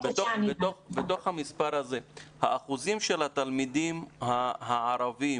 בתוך המספר הזה האחוזים של התלמידים הערבים